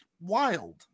wild